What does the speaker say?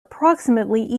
approximately